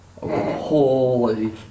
holy